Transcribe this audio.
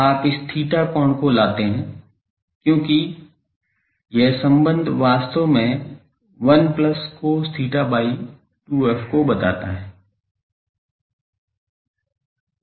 आप इस theta कोण को लाते हैं क्योंकि यह संबंध वास्तव में 1 plus cos theta by 2f को बताता हैं